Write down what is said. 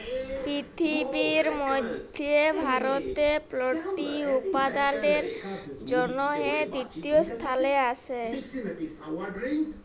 পিরথিবির মধ্যে ভারতে পল্ট্রি উপাদালের জনহে তৃতীয় স্থালে আসে